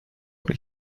weil